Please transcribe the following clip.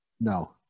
No